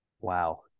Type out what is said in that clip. Wow